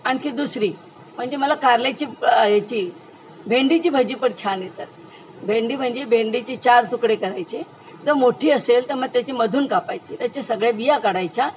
आणखी दुसरी म्हणजे मला कारल्याची याची भेंडीची भजी पण छान येतात भेंडी म्हणजे भेंडीचे चार तुकडे करायचे जर मोठी असेल तर मग त्याची मधून कापायची त्याच्या सगळ्या बिया काढायच्या